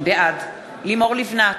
בעד לימור לבנת,